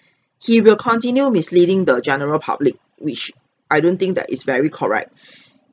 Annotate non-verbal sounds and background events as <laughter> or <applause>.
he will continue misleading the general public which I don't think that is very correct <breath>